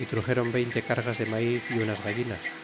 y truxeron veinte cargas de maiz y unas gallinas